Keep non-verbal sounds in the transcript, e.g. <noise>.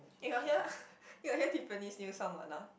you got hear <breath> you got hear Tiffany's new song or not